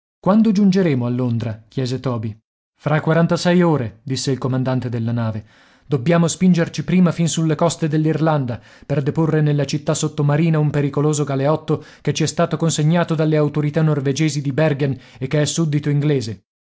quando giungeremo a londra chiese toby fra quarantasei ore disse il comandante della nave dobbiamo spingerci prima fin sulle coste dell'irlanda per deporre nella città sottomarina un pericoloso galeotto che ci è stato consegnato dalle autorità norvegesi di bergen e che è suddito inglese